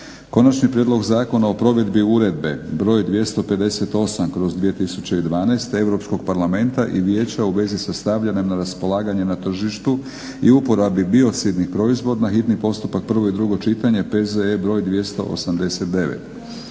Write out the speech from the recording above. Konačni prijedlog Zakona o provedbi Uredbe (EU) br. 528/2012 Europskoga parlamenta i Vijeća u vezi sa stavljanjem na raspolaganje na tržištu i uporabi biocidnih proizvoda, hitni postupak, prvo i drugo čitanje, P.Z.E. br. 289,